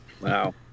Wow